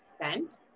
spent